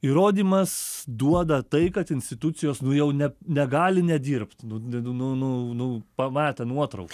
įrodymas duoda tai kad institucijos nu jau ne negali nedirbt nu n nu nu nu pamatę nuotrauką